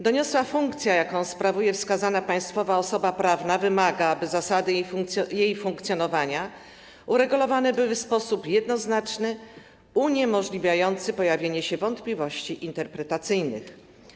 Doniosła funkcja, jaką sprawuje wskazana państwowa osoba prawna, wymaga, aby zasady jej funkcjonowania uregulowane były w sposób jednoznaczny, uniemożliwiający pojawienie się wątpliwości interpretacyjnych.